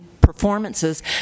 performances